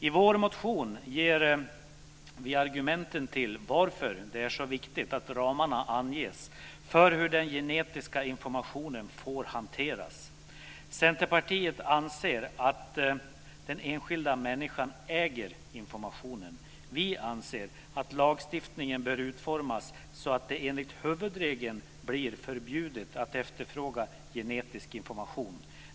I vår motion ger vi argument till varför det är så viktigt att ramarna anges för hur den genetiska informationen får hanteras. Centerpartiet anser att den enskilda människan äger informationen. Vi anser att lagstiftningen bör utformas så att det enligt huvudregeln blir förbjudet att efterfråga genetisk information.